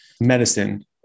Medicine